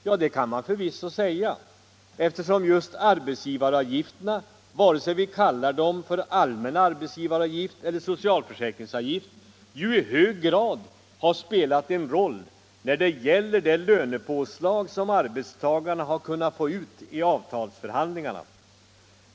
Ja, det kan man förvisso säga, eftersom just arbetsgivaravgifterna vare sig vi kallar dem för allmän arbetsgivaravgift eller socialförsäkringsavgift ju i hög grad har spelat en roll när det gäller det lönepåslag som arbetarna har kunnat få ut vid avtalsförhandlingarna.